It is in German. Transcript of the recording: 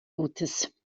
gutes